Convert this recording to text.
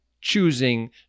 choosing